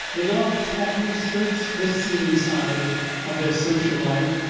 the novelist thackeray skirts the seamy side of their social life,